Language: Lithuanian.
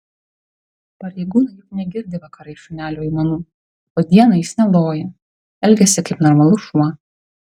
pareigūnai juk negirdi vakarais šunelio aimanų o dieną jis neloja elgiasi kaip normalus šuo